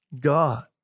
God